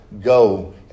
go